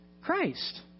Christ